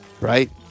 Right